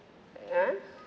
!huh!